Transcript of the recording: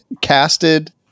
casted